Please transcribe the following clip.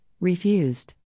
refused